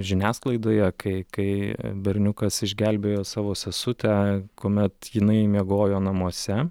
žiniasklaidoje kai kai berniukas išgelbėjo savo sesutę kuomet jinai miegojo namuose